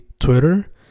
Twitter